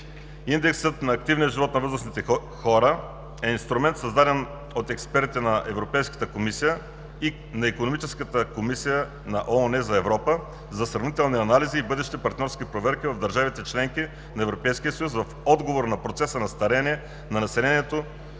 Индексът на активния живот на възрастните хора е инструмент, създаден от експерти на Европейската комисия и на Икономическата комисия на ООН за Европа за сравнителни анализи и бъдещи партньорски проверки в държавите – членки на Европейския съюз, в отговор на процеса на стареене на населението